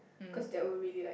cause they will really like